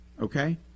okay